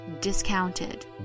discounted